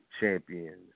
Champions